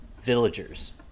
villagers